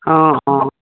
অঁ অঁ